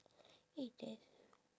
eh that